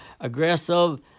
aggressive